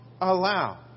allow